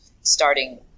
starting